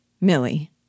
Millie